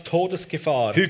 Todesgefahr